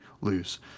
lose